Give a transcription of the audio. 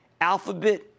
Alphabet